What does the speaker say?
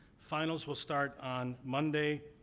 finals will start on monday